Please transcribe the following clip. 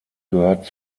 gehört